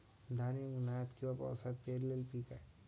धान हे उन्हाळ्यात किंवा पावसाळ्यात पेरलेले पीक आहे